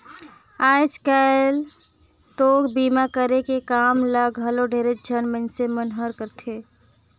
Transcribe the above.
आयज कायल तो बीमा करे के काम ल घलो ढेरेच झन मइनसे मन हर करथे